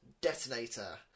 Detonator